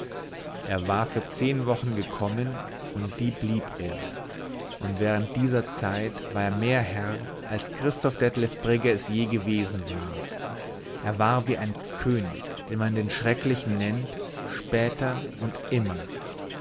er war für zehn wochen gekommen und die blieb er und während dieser zeit war er mehr herr als christoph detlev brigge es je gewesen war er war wie ein könig den man den schrecklichen nennt später und immer